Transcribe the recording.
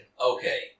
Okay